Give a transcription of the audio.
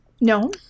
No